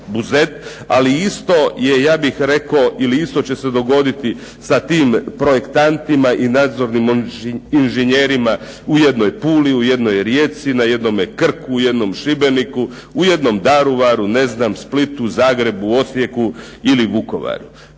ali isto će se dogoditi sa tim projektantima ili nadzornim inženjerima u jednoj Puli, u jednoj Rijeci, na jednom Krku, u jednom Šibeniku, u jednom Daruvaru, Splitu, Zagrebu, Osijeku ili Vukovaru.